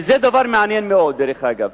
זה דבר מעניין מאוד, דרך אגב.